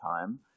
time